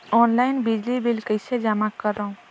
Online बिजली bill कइसे जमा करव?